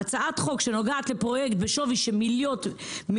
הצעת חוק שנוגעת לפרויקט בשווי של מאות